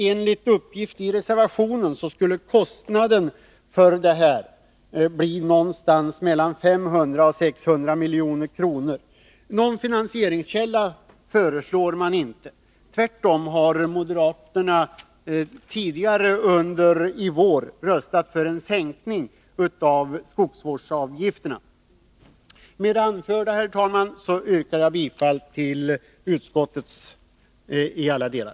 Enligt uppgift i reservationen skulle kostnaden för detta ligga någonstans mellan 500 och 600 milj.kr. Någon finansieringskälla föreslår man inte. Tvärtom har moderaterna tidigare i vår röstat för en sänkning av skogsvårdsavgifterna. Herr talman! Med det anförda yrkar jag bifall till utskottets hemställan i alla delar.